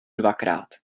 dvakrát